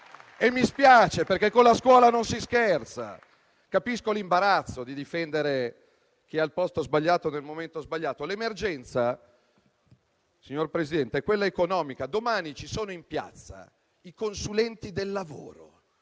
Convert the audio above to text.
Mi spiace, perché con la scuola non si scherza! Capisco l'imbarazzo di difendere chi è al posto sbagliato, nel momento sbagliato. L'emergenza, signor Presidente, è quella economica. Domani saranno in piazza i consulenti del lavoro,